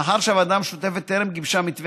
מאחר שהוועדה המשותפת טרם גיבשה מתווה